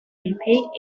repaid